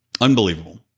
Unbelievable